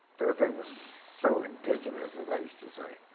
everything was so indigenous as i used to say.